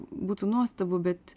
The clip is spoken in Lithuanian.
būtų nuostabu bet